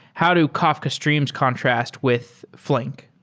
how do kafka streams contrast with flink?